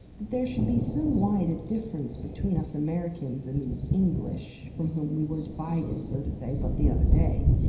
that there should be so wide a difference between us americans and these english, from whom we were divided, so to say, but the other day,